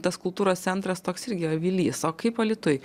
tas kultūros centras toks irgi avilys o kaip alytuj